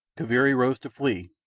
kaviri rose to flee,